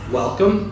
welcome